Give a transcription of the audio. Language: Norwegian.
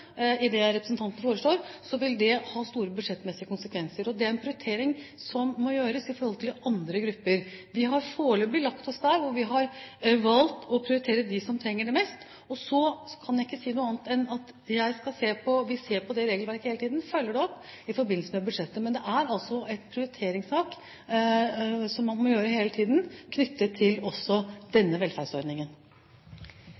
i det representanten foreslår – så vil det ha store budsjettmessige konsekvenser. Det er en prioritering som må gjøres i forhold til andre grupper. Vi har foreløpig lagt oss på at vi har valgt å prioritere dem som trenger det mest, og så kan jeg ikke si noe annet enn at vi ser på regelverket hele tiden og følger det opp i forbindelse med budsjettet. Men det er altså prioriteringer som man må gjøre hele tiden, knyttet også til denne velferdsordningen. Dette spørsmålet er utsatt til neste spørretime, da den